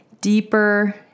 deeper